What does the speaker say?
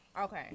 Okay